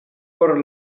por